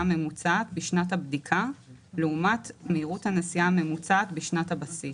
הממוצעת בשנת הבדיקה לעומת מהירות הנסיעה הממוצעת בשנת הבסיס,